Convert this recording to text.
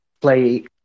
play